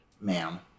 ma'am